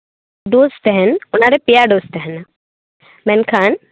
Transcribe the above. dose ᱛᱟᱦᱮᱱ ᱚᱱᱟ ᱨᱮ ᱯᱮᱭᱟ ᱰᱳᱡᱽ ᱛᱟᱦᱮᱱᱟ ᱢᱮᱱᱠᱷᱟᱱ